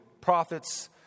prophets